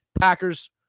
Packers